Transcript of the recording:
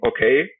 okay